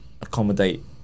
accommodate